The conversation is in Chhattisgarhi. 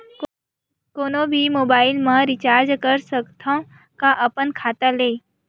कोनो भी मोबाइल मा रिचार्ज कर सकथव का अपन खाता ले?